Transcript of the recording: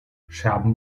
scherben